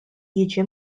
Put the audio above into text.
jiġi